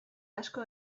asko